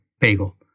bagel